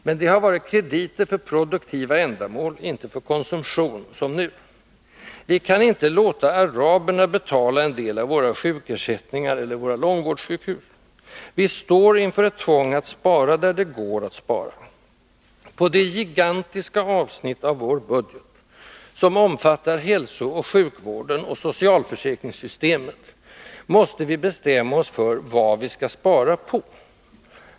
Men det har varit krediter för produktiva ändamål, inte för konsumtion som nu. Vi kan inte låta araberna betala en del av våra sjukersättningar eller våra långvårdssjukhus. Vi står inför ett tvång att spara, där det går att spara. På det gigantiska avsnitt av vår budget som omfattar hälsooch sjukvården och socialförsäkringssystemet måste vi bestämma oss för vad vi skall spara på.